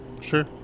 Sure